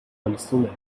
کلثومه